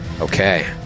Okay